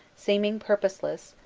seeming pur poseless,